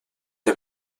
der